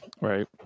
Right